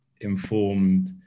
informed